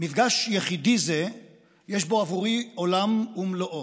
מפגש יחידי זה יש בו עבורי עולם ומלואו.